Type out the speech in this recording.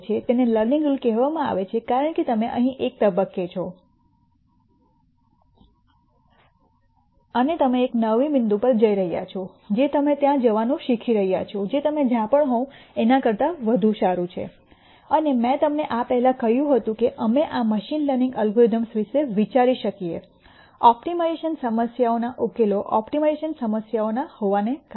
તેને learning rule કહેવામાં આવે છે કારણ કે તમે અહીં એક તબક્કે છો અને તમે એક નવું બિંદુ પર જઇ રહ્યા છો જે તમે ત્યાં જવાનું શીખી રહ્યાં છો જે તમે જ્યાં પણ હોવ તેના કરતા વધુ સારું છે અને મેં તમને આ પહેલાં કહ્યું હતું કે અમે આ મશીન લર્નિંગ અલ્ગોરિધમ્સ વિશે વિચારી શકીએ ઓપ્ટિમાઇઝેશન સમસ્યાઓના ઉકેલો ઓપ્ટિમાઇઝેશન સમસ્યાઓના હોવાને કારણે